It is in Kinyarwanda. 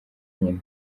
nyina